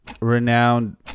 Renowned